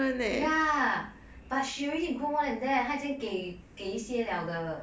ya but she already grow more than that 他已经给一些了的